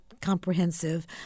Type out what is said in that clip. comprehensive